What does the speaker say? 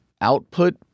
output